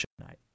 tonight